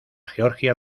georgia